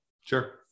Sure